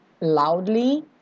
loudly